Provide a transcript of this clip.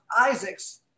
isaacs